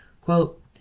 Quote